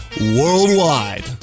worldwide